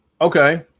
Okay